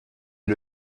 est